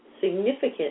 significant